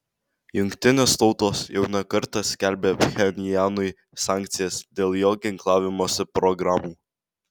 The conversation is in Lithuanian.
jungtinės tautos jau ne kartą skelbė pchenjanui sankcijas dėl jo ginklavimosi programų